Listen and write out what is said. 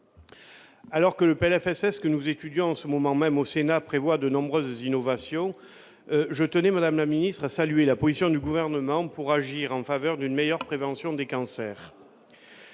fait, c'est ce que nous étudions en ce moment même au Sénat, prévoit de nombreuses innovations je tenais Madame la ministre a salué la position du gouvernement pour agir en faveur d'une meilleure prévention des cancers.